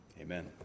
Amen